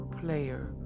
player